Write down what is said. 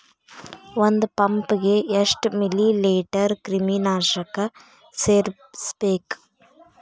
ಒಂದ್ ಪಂಪ್ ಗೆ ಎಷ್ಟ್ ಮಿಲಿ ಲೇಟರ್ ಕ್ರಿಮಿ ನಾಶಕ ಸೇರಸ್ಬೇಕ್?